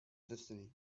destiny